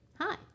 Hi